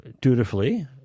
dutifully